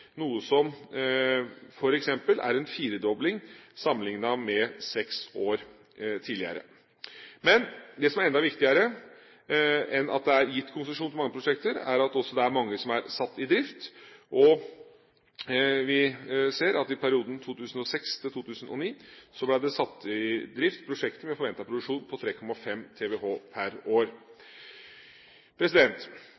noe som f.eks. er en firedobling sammenliknet med seks år tidligere. Men det som er enda viktigere enn at det er gitt konsesjon til mange prosjekter, er at det er mange som er satt i drift. I perioden 2006–2009 ble det satt i drift prosjekter med en forventet produksjon på 3,5 TWh per år.